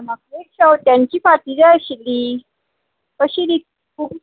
म्हाका एक शेवत्यांची फाती जाय आशिल्ली कशीं दित तूं